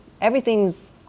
everything's